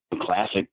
classic